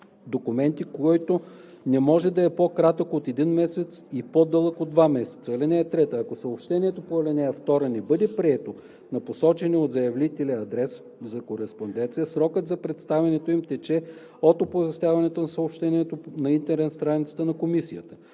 документи, който не може да е по кратък от един месец и по-дълъг от два месеца. (3) Ако съобщението по ал. 2 не бъде прието на посочения от заявителя адрес за кореспонденция, срокът за представянето им тече от оповестяването на съобщението на интернет страницата на Комисията.